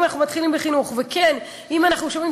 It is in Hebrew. אם אנחנו מתחילים בחינוך ואם אנחנו שומעים